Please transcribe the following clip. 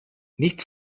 nichts